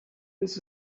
this